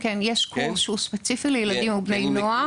יש קורס שהוא ספציפי לילדים ולבני נוער.